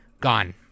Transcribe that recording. Gone